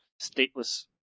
stateless